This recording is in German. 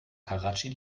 karatschi